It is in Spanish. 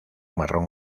marrón